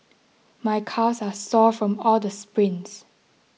my calves are sore from all the sprints